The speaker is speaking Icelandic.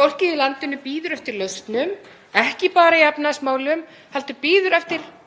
Fólkið í landinu bíður eftir lausnum, ekki bara í efnahagsmálum heldur bíður eftir allri